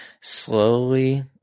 slowly